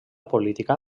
política